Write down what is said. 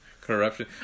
Corruption